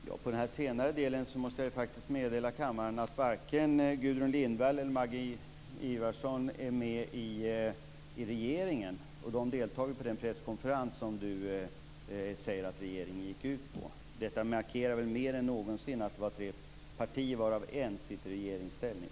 Fru talman! När det gäller den senare delen måste jag faktiskt meddela kammaren att varken Gudrun Lindvall eller Maggi Mikaelsson är med i regeringen. De deltog i den presskonferens som Lennart Daléus säger att regeringen gick ut med. Detta markerar väl mer än någonsin att det var tre partier, varav ett sitter i regeringsställning.